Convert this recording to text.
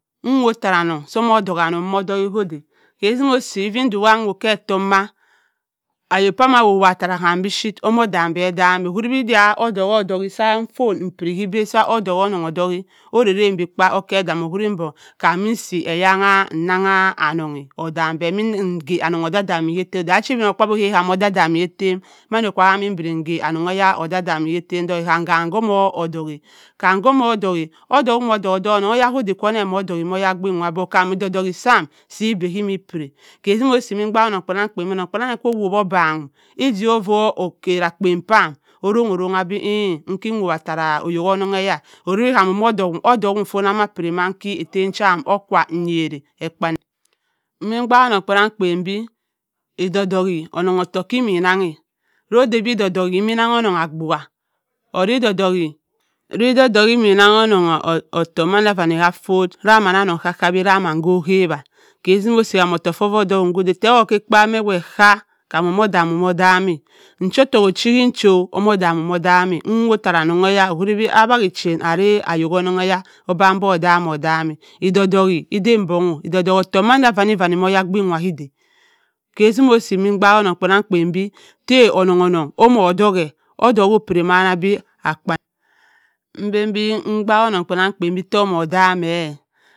Nwott ttara annong sa mo dok-e annong odok-e ko bi ko si mosi even duwa bha kke etomma ayok pama owobhwa ttara ham bipuyiri omo odam be dan dowi be ebua odok-k odo ke sa fon biphyiri kke ebua sa odok-o onnong odok-e orra kam be kpatt okke oda-mi owuri mbok kam mi si eyan-bhe innang annong-a odam-e me nka oda-dammin ke ettem edan sa ibino kpaabyi obha oda-damnu ke ettem mando ka inmbiri engha onnong ke yer oda-da-mmi ke ettem dok kum komo odokyi, ka oya dinn waa but kam odok-odok ue sam si egbe mmi piyra ke simo si onnong kpa-nng kpan cho owbu obam egbe owobu o’ka akpen paam orrong orranng be ee iki owobu ttara annong keer owuri be kaam omo-odok-m odok-m mfona ma piri ma ettem cham okwa nyara immi ekpe onnong kpanann kpan bi edok dok-e onnong ottowk ki mi enghea ro da bi odok-dok-e e mmi nnang onnong agbuua or ri odok-doke omo onnang annong manda vaai ka fot iyira onnong kaawi onnong ma ko hawa ke si mo sim kam ottouk koffo odok-em ko da tawott ekpebua ma awo-akka kam omo-dok-m odam-e echo ttohk ochi-chi ki chi-o omo damm-odam e nwott ttara annong ke e a wighi ean ara annonke bhe obam bo odam-odam e edok-odok-e da mbonng-o edok-odok ottouk manda vani vani mo oyabuin ka da ke simosi emm mdaak onnong kpanan kan be ta onnong omo odok-e odoke piri maya be m bebubi m duok annong kpanan kpen to omo odam-e.